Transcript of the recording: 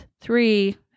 three